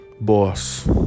boss